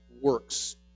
works